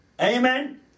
Amen